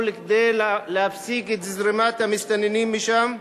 כדי להפסיק את זרימת המסתננים משם.